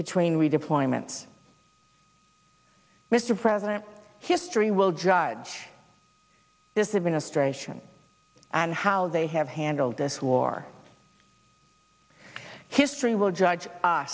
between redeployment mr president history will judge this administration and how they have handled this war history will judge